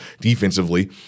defensively